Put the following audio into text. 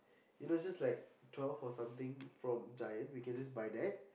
you know just like twelve or something from Giant we can just buy that